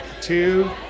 two